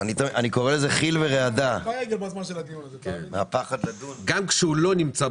אבל אין ספק שנגרם פה נזק סביבתי גם במכרה הפוספטים וגם בים המלח.